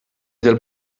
del